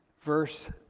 verse